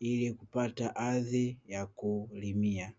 ili kupata ardhi ya kulimia.